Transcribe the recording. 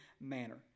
manner